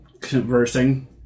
conversing